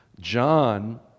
John